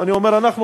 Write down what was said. אני אומר אנחנו,